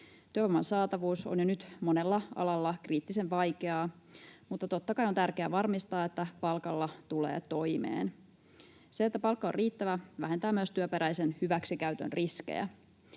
Työvoiman saatavuus on jo nyt monella alalla kriittisen vaikeaa, mutta totta kai on tärkeää varmistaa, että palkalla tulee toimeen. Se, että palkka on riittävä, vähentää myös työperäisen hyväksikäytön riskejä.